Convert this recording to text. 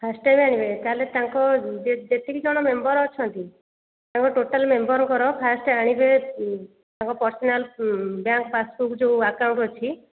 first time ଆଣିବେ ତା'ହେଲେ ତାଙ୍କ ଯେତିକି ଜଣ ମେମ୍ବର୍ ଅଛନ୍ତି ତାଙ୍କ ଟୋଟାଲ୍ ମେମ୍ବର୍ଙ୍କର ଫାଷ୍ଟ୍ ଆଣିବେ ତାଙ୍କ ପର୍ଶନାଲ୍ ବ୍ୟାଙ୍କ୍ ପାସ୍ବୁକ୍ ଯେଉଁ ଆକାଉଣ୍ଟ୍ ଅଛି